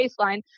baseline